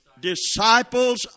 disciples